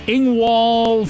Ingwall